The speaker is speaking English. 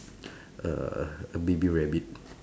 uh a baby rabbit